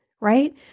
right